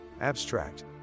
Abstract